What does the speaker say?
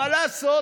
מה לעשות?